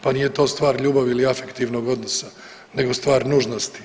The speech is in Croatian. Pa nije to stvar ljubavi ili afektivnog odnosa nego stvar nužnosti.